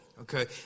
okay